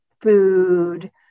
food